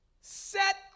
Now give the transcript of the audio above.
Set